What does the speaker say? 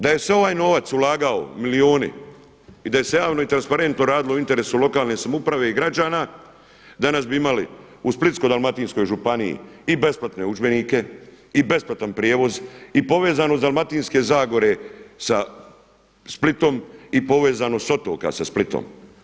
Da se je ovaj novac ulagao, milijuni i da se je javno i transparentno radilo u interesu lokalne samouprave i građana danas bi imali u Splitsko-dalmatinskoj županiji i besplatne udžbenike i besplatan prijevoz i povezanost Dalmatinske zagore sa Splitom i povezanost otoka sa Splitom.